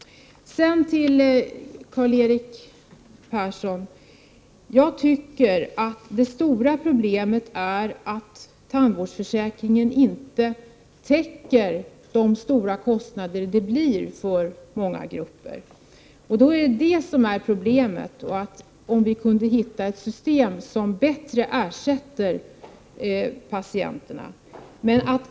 Sedan till Karl-Erik Persson: Det stora problemet är att tandvårdsförsäkringen inte täcker de stora kostnader som det blir för många grupper. Det är problemet. Det gäller att hitta ett system som bättre ersätter patienterna för deras kostnader.